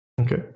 Okay